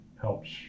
helps